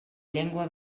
llengua